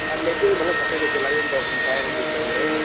leg మళ్ళా separate అది ఎంత అవుతుంది ఫైవ్ హండ్రెడ్ చెప్పినారు మీరు